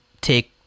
take